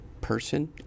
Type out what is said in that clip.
person